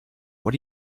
what